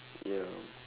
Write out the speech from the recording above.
ya